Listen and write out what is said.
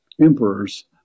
emperors